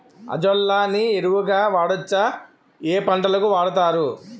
Azolla ని ఎరువు గా వాడొచ్చా? ఏ పంటలకు వాడతారు?